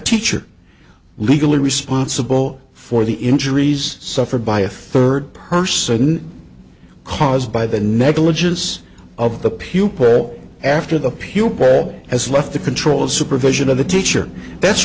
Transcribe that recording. teacher legally responsible for the injuries suffered by a third person caused by the negligence of the pupil after the pupil has left the control of supervision of the teacher that's